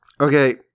Okay